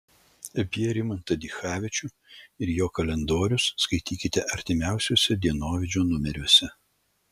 apie rimantą dichavičių ir jo kalendorius skaitykite artimiausiuose dienovidžio numeriuose